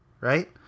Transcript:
right